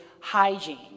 hygiene